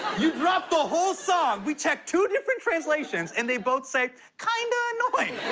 you dropped the whole song. we checked two different translations, and they both say, kinda annoying.